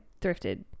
thrifted